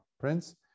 Prince